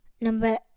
number